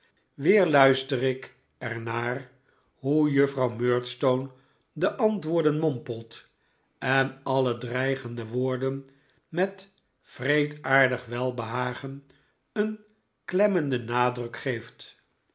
luister ik er naar hoe juffrouw murdstone de antwoorden mompelt en alle dreigende woorden met wreedaardig welbehagen een klemmenden nadruk geeft